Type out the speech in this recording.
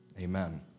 Amen